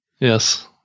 Yes